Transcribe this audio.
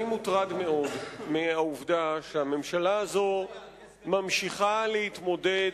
אני מוטרד מאוד מהעובדה שהממשלה הזאת ממשיכה להתמודד,